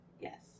Yes